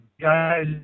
guys